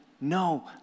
no